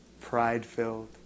pride-filled